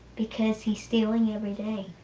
because he's stealing every day.